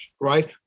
right